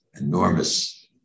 enormous